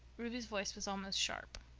ruby's voice was almost sharp.